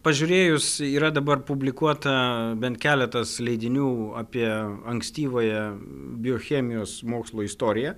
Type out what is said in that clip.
pažiūrėjus yra dabar publikuota bent keletas leidinių apie ankstyvąją biochemijos mokslų istoriją